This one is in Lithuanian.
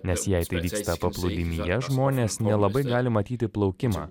nes jei tai vyksta paplūdimyje žmonės nelabai gali matyti plaukimą